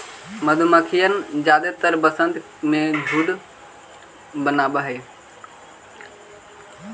मधुमक्खियन जादेतर वसंत में झुंड बनाब हई